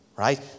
right